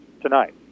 tonight